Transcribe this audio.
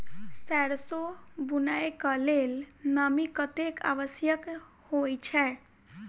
सैरसो बुनय कऽ लेल नमी कतेक आवश्यक होइ छै?